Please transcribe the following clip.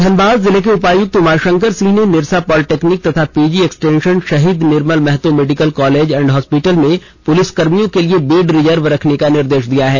धनबाद जिले के उपायुक्त उमा शंकर सिंह ने निरसा पॉलिटेक्निक तथा PG extension Shaheed Nirmal Mahto medical college and hospital में पुलिस कर्मियों के लिए बेड रिजर्व रखने का निर्देश दिया है